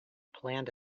planned